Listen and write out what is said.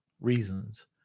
reasons